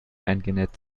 eingenäht